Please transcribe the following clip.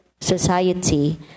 society